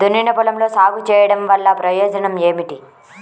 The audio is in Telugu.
దున్నిన పొలంలో సాగు చేయడం వల్ల ప్రయోజనం ఏమిటి?